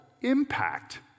impact